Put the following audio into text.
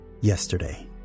Yesterday